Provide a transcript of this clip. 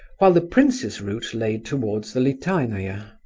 while the prince's route lay towards the litaynaya.